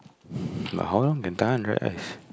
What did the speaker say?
but how long can tahan dry ice